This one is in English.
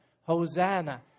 Hosanna